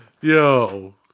Yo